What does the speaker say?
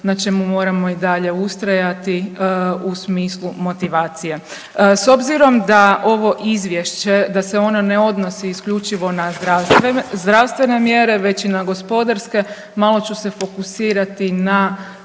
na čemu moramo i dalje ustrajati u smislu motivacije. S obzirom da ovo Izvješće da se ono ne odnosi isključivo na zdravstvene mjere, već i na gospodarske malo ću se fokusirati na